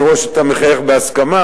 אני רואה שאתה מחייך בהסכמה,